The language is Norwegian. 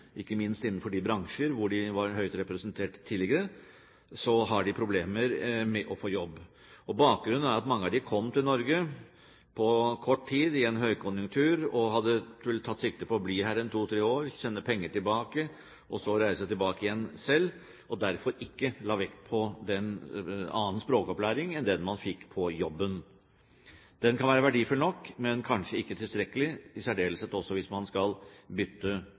ikke minst innenfor de bransjer hvor de var høyt representert tidligere, har de problemer med å få jobb. Bakgrunnen er at mange av dem kom til Norge på kort tid, i en høykonjunktur, og hadde kun tatt sikte på å bli her en to–tre år, sende penger hjem og så reise tilbake igjen selv. Derfor la de ikke vekt på annen språkopplæring enn den man fikk på jobben. Den kan være verdifull nok, men kanskje ikke tilstrekkelig, særlig ikke hvis man skal bytte